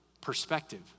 perspective